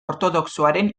ortodoxoaren